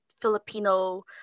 filipino